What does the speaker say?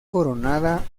coronada